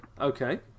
Okay